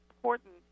important